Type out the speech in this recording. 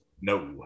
No